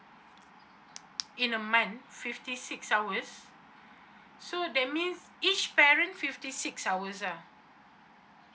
in a month fifty six hour so that means each parent fifty six hours ah